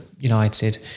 United